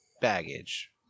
baggage